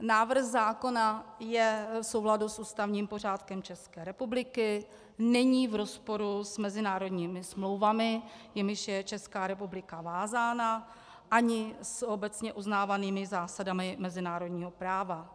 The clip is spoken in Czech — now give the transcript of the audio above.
Návrh zákona je v souladu s ústavním pořádkem České republiky, není v rozporu s mezinárodními smlouvami, jimiž je Česká republika vázána, ani s obecně uznávanými zásadami mezinárodního práva.